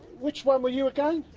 which one were you again?